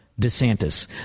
DeSantis